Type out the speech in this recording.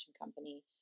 company